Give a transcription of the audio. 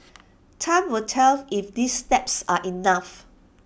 time will tell if these steps are enough